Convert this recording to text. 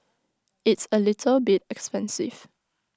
it's A little bit expensive